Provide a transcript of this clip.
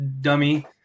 dummy